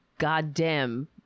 Goddamn